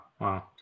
Wow